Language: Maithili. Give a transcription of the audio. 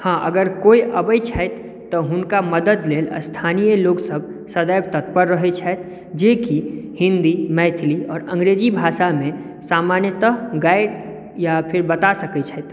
हँ अगर कोई अबै छथि तऽ हुनका मदद लेल स्थानीय लोकसभ सदैव तत्पर रहै छथि जेकि हिन्दी मैथिली और अङ्ग्रेजी भाषामे सामान्यतः गाइड या फेर बता सकै छथि